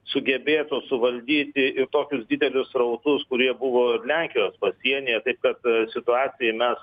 sugebėtų suvaldyti ir tokius didelius srautus kurie buvo ir lenkijos pasienyje taip kad situacijai mes